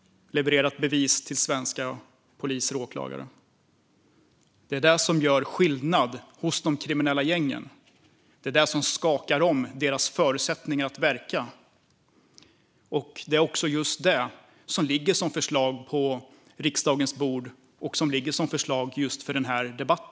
De har levererat bevis till svenska poliser och åklagare. Det är det som gör skillnad hos de kriminella gängen. Det är det som skakar om deras förutsättningar att verka. Det är också det som ligger som förslag på riksdagens bord och som ligger som förslag i just denna debatt.